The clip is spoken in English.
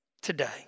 Today